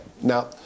Now